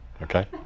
Okay